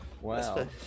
Wow